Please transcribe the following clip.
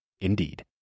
Indeed